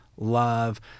love